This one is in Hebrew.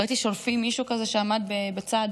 ראיתי ששולפים מישהו כזה שעמד בצד.